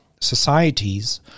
societies